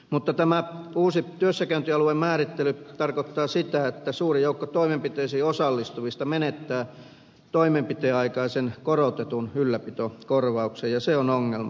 mutta tämä uusi työssäkäyntialuemäärittely tarkoittaa sitä että suuri joukko toimenpiteisiin osallistuvista menettää toimenpiteen aikaisen korotetun ylläpitokorvauksen ja se on ongelma